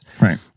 Right